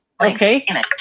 okay